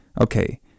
okay